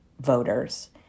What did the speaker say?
voters